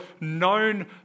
known